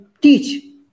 teach